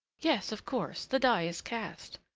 yes, of course the die is cast.